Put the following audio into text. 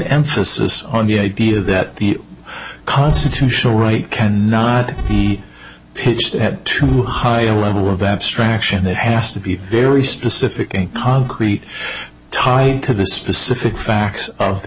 emphasis on the idea that the constitutional right can not be pitched at too high a level of abstraction it has to be very specific and concrete tied to the specific facts of the